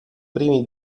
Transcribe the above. primi